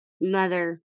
mother